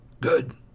Good